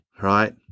Right